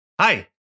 Hi